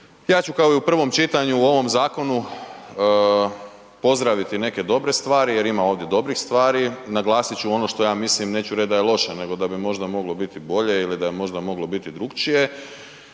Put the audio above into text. ja ću kao i u prvom čitanju u ovom zakonu pozdraviti neke dobre stvari, jer ima ovdje dobrih stvari, naglasit ću ono što ja mislim neću reći da je loše, nego da bi možda moglo biti bolje ili da je možda moglo biti drukčije,